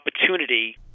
opportunity